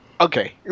okay